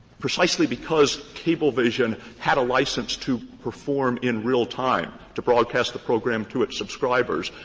precisely because cablevision had a license to perform in real time, to broadcast the program to its subscribers.